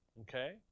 Okay